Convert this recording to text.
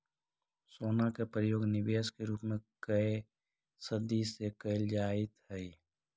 सोना के प्रयोग निवेश के रूप में कए सदी से कईल जाइत हई